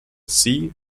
sea